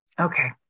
Okay